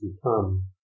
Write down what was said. become